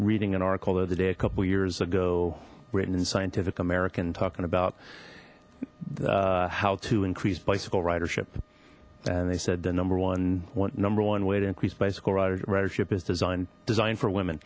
reading an article the other day a couple years ago written in scientific american talking about how to increase bicycle ridership and they said the number one number one way to increase bicycle riders ridership is designed designed for women